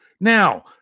Now